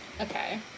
okay